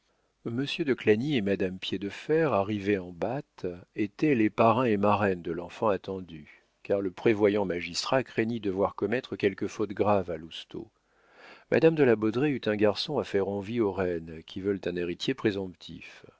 de clagny et madame piédefer arrivée en hâte étaient les parrain et marraine de l'enfant attendu car le prévoyant magistrat craignit de voir commettre quelque faute grave à lousteau madame de la baudraye eut un garçon à faire envie aux reines qui veulent un héritier présomptif